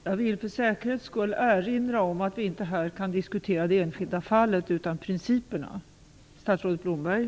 Jag vill för säkerhets skull erinra om att vi här inte kan diskutera det enskilda fallet utan endast principerna.